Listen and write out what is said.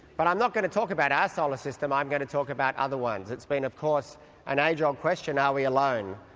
but i'm not going to talk about our solar system, i'm going to talk about other ones. it's been of course an age-old question are we alone?